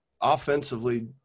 offensively